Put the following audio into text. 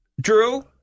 Drew